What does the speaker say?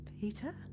Peter